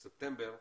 בספטמבר,